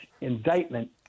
indictment